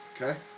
Okay